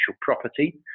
property